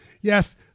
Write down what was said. Yes